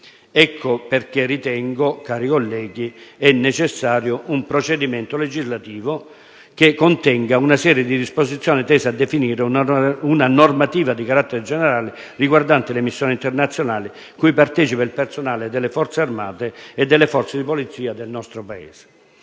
Ecco perché, cari colleghi, ritengo necessario un procedimento legislativo che contenga una serie di disposizioni tese a definire una normativa di carattere generale riguardante le missioni internazionali cui partecipa il personale delle Forze armate e delle forze di polizia del nostro Paese.